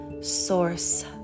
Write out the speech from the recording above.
source